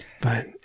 but-